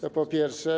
To po pierwsze.